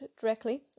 directly